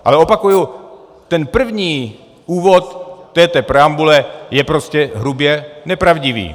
Ale opakuju, ten první úvod této preambule je prostě hrubě nepravdivý.